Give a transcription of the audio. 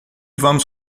vamos